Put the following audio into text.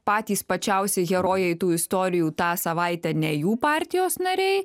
patys pačiausi herojai tų istorijų tą savaitę ne jų partijos nariai